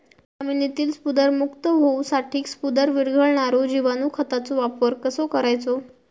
जमिनीतील स्फुदरमुक्त होऊसाठीक स्फुदर वीरघळनारो जिवाणू खताचो वापर कसो करायचो?